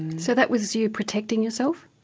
so that was you protecting yourself?